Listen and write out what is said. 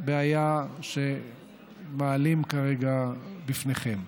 בעיה שמעלים כרגע בפניכם.